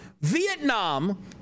Vietnam